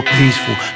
peaceful